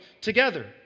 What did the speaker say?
together